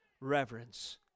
reverence